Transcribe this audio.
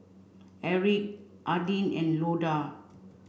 Erik Adin and Loda